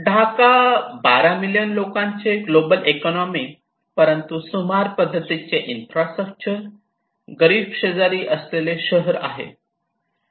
Dhaka 12 million लोकांचे global economy परंतु सुमार पद्धतीचे इन्फ्रास्ट्रक्चर गरीब शेजारी असलेले शहर आहे